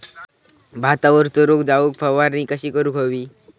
भातावरचो रोग जाऊक फवारणी कशी करूक हवी?